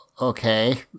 okay